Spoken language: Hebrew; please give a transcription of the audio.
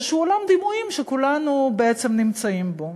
עולם דימויים שכולנו בעצם נמצאים בו.